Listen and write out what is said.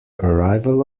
arrival